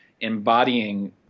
embodying